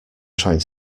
trying